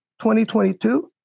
2022